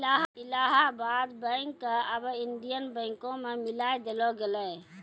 Allahabad bank क आबै Indian बैंको मे मिलाय देलो गेलै